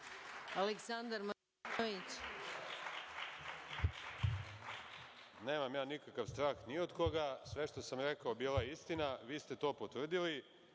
**Aleksandar Martinović** Nemam nikakav strah ni od koga. Sve što sam rekao bila je istina, vi ste to potvrdili.